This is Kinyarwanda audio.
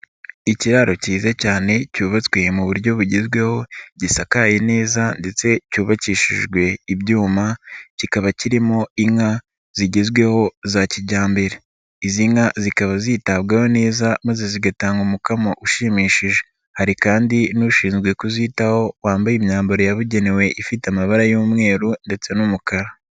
Ikiraro cyiza cyane cyubatswe mu buryo bugezweho gisakaye neza ndetse cyubakishijwe ibyuma kikaba kirimo inka zigezweho za kijyambere, izi nka zikaba zitabwaho neza maze zigatanga umukamo ushimishije, hari kandi n'ushinzwe kuzitaho wambaye imyambaro yabugenewe ifite amabara y'umweru ndetse n'umukara.